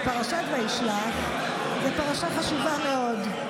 ופרשת וישלח זו פרשה חשובה מאוד.